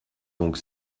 donc